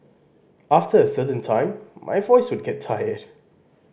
after a certain time my voice would get tired